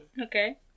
okay